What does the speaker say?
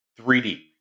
3D